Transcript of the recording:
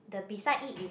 the beside it is